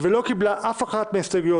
בין אם זה חוק-יסוד: משק המדינה,